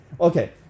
Okay